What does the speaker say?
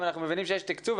אם אנחנו מבינים שיש תקצוב,